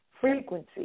Frequency